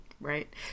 Right